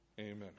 Amen